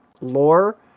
lore